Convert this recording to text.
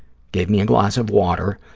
gave me a glass of water,